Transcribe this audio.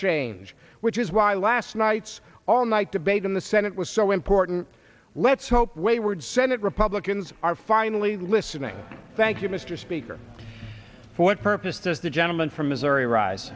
change which is why last night's all night debate in the senate was so important let's hope wayward senate republicans are finally listening thank you mr speaker for what purpose does the gentleman from missouri rise